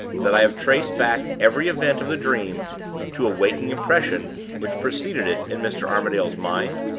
that i have traced back every event of the dream to a waking impression which preceded it in mr. armadale's mind?